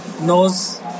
knows